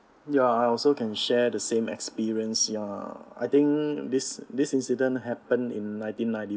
ya I also can share the same experience ya I think this this incident happened in nineteen ninety